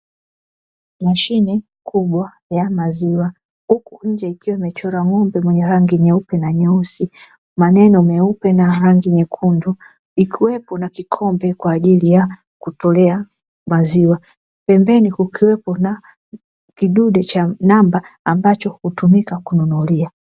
Mashine kubwa ya maziwa; huku nje ikiwa imechorwa ng'ombe mwenye rangi nyeupe na nyeusi, maneno meupe na rangi nyekundu, ikiwepo na kikombe kwa ajili ya kutolea maziwa. Pembeni kukiwepo na kidude cha namba ambacho hutumika kununulia.